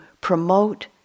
promote